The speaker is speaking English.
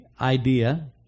idea